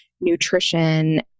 nutrition